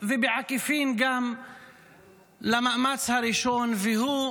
ובעקיפין גם למאמץ הראשון, והוא